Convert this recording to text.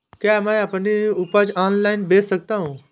क्या मैं अपनी उपज ऑनलाइन बेच सकता हूँ?